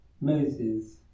Moses